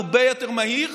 הרבה יותר מהיר,